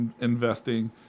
investing